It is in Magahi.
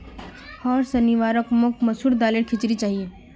होर शनिवार मोक मसूर दालेर खिचड़ी चाहिए